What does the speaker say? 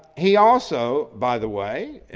he also, by the way,